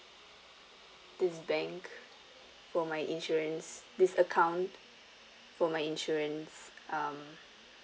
this bank for my insurance this account for my insurance um